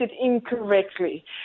incorrectly